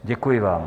Děkuji vám.